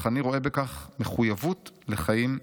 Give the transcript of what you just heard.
אך אני רואה בכך מחויבות לחיים יחד.